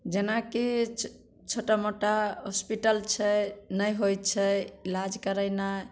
जेनाकी छोटा मोटा हॉस्पिटल छै नहि होइत छै इलाज करेनाइ